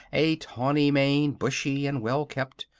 a tawney mane bushy and well kept,